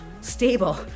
stable